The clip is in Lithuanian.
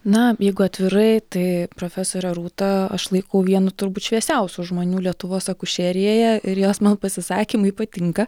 na jeigu atvirai tai profesorę rūtą aš laikau vienu turbūt šviesiausių žmonių lietuvos akušerijoje ir jos man pasisakymai patinka